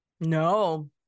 No